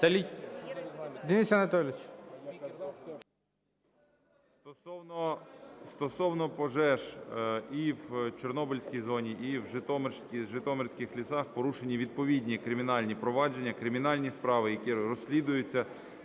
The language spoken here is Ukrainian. Стосовно пожеж і в Чорнобильській зоні, і в житомирських лісах. Порушені відповідні кримінальні провадження, кримінальні справи, які розслідуються.